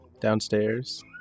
downstairs